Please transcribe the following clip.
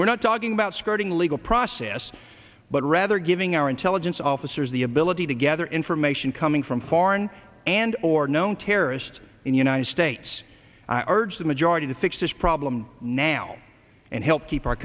we're not talking about skirting the legal process but rather giving our intelligence officers the ability to gather information coming from foreign and or known terrorist in the united states i urge the majority to fix this problem now and help keep our